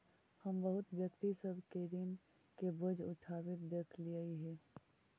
हम बहुत व्यक्ति सब के ऋण के बोझ उठाबित देखलियई हे